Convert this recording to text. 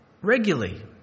regularly